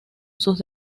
sus